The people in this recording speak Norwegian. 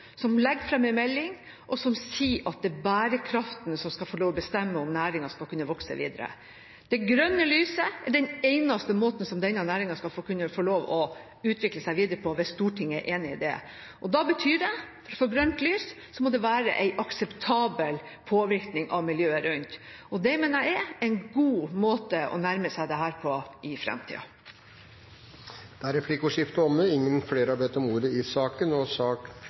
som legger fram en melding og sier at det er bærekraften som skal bestemme om næringen skal kunne vokse videre. Det grønne lyset er den eneste måten som denne næringen skal kunne få lov til å utvikle seg videre på, hvis Stortinget er enig i det. Det betyr at for å få grønt lys må det være en akseptabel påvirkning på miljøet rundt. Det mener jeg er en god måte å nærme seg dette på i fremtiden. Replikkordskiftet er omme. Flere har ikke bedt om ordet til sak nr. 4. Etter ønske fra næringskomiteen vil presidenten foreslå at taletiden blir begrenset til 5 minutter til hver partigruppe og